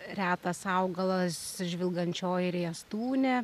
retas augalas žvilgančioji riestūnė